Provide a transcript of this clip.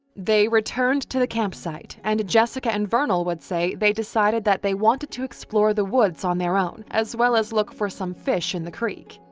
they returned to the campsite and jessica and vernal would say they decided that they wanted to explore the woods on their own, as well as look for some fish in the creek.